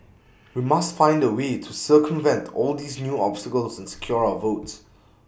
we must find A way to circumvent all these new obstacles and secure our votes